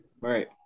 Right